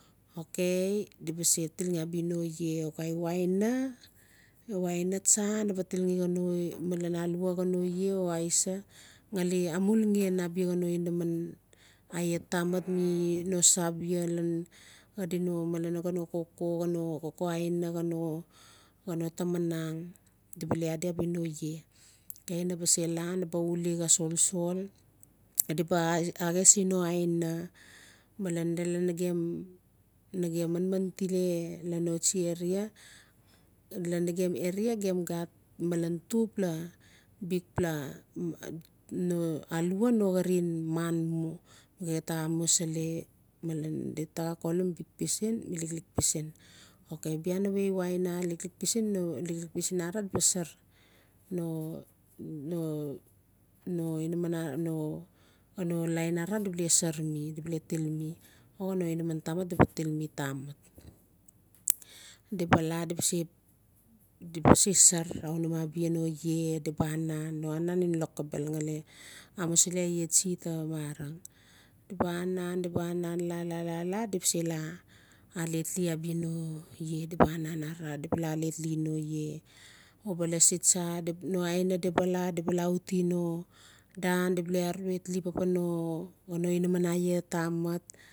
Okay di ba se tilngi abia no iee iwa aina iwa aina tsa naba atilngi xano malen a lua xano lee o aisa ngali amulungen abia xano inaman aia tamat mi no sa bia lan xadi no malen xano koko xano koko aina o xano tamanagn di ba le adi abia no ie okay na ba se la naba uuli solsol di ba axesi no aina malen nagem manman tile lan notsi area lan nagem area gem gat malen tupela bikpela no alua no xarin maan mu ge ta xa amusili malen dita xa kolim bik pisin liklik pisin. Okay bia new iwa aina a liklik pisin no liklik pisin arara di ba sar no-no-no inaman ara no xano lain arara di ba le sar mi di ba le til mi o xano inaman tamaf di ba til mi tamat sar raunim abia no ie anan no anan ngen lokobel ngali amusili aia tsi ta marang di ba anan di ba anan la-la-la-la di se la alet li abia no le. Dibaanan arara alet li no ie uba lasi tsa no aina di ba la di bala uti no dan di bale arutili papan no xano inaman aia tamat.